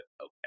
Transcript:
okay